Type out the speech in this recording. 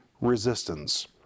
resistance